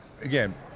again